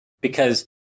Because-